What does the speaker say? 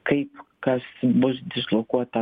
kaip kas bus dislokuota